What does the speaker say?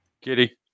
Kitty